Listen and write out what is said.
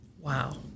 Wow